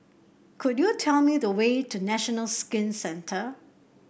could you tell me the way to National Skin Centre